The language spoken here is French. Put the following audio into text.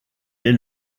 est